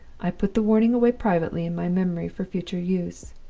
i put the warning away privately in my memory for future use,